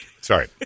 Sorry